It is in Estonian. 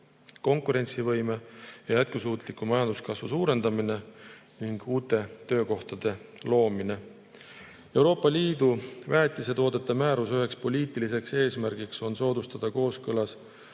konkurentsivõime ja jätkusuutliku majanduskasvu suurendamine ning uute töökohtade loomine. Euroopa Liidu väetisetoodete määruse üheks poliitiliseks eesmärgiks on soodustada kooskõlas